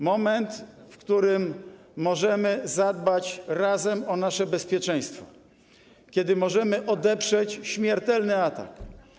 Moment, w którym razem możemy zadbać o nasze bezpieczeństwo, kiedy możemy odeprzeć śmiertelny atak.